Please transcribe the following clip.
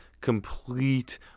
complete